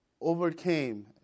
overcame